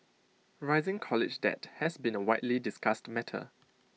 rising college debt has been A widely discussed matter